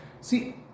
See